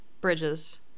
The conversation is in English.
bridges